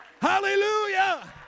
Hallelujah